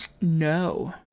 No